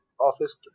office